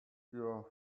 your